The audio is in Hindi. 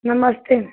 नमस्ते